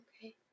okay